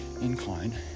incline